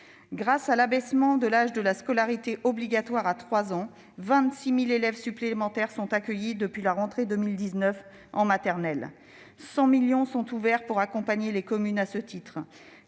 Grâce à l'abaissement de l'âge de la scolarité obligatoire à 3 ans, 26 000 élèves supplémentaires sont accueillis depuis la rentrée 2019 en maternelle. Des crédits de 100 millions d'euros sont ouverts pour accompagner les communes à ce titre.